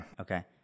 Okay